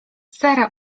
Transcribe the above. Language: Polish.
sara